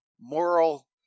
moral